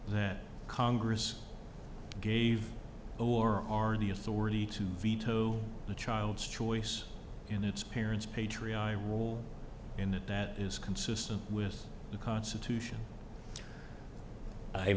that congress gave or are the authority to veto a child's choice in its parents patriotic and that is consistent with the constitution